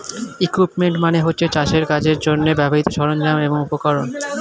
equipment মানে হচ্ছে চাষের কাজের জন্যে ব্যবহৃত সরঞ্জাম এবং উপকরণ